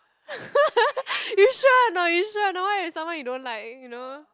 you sure or not you sure or not what if someone you don't like you know